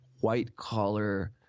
white-collar